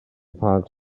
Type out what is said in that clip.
parked